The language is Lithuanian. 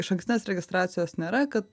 išankstinės registracijos nėra kad